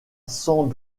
sans